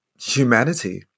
humanity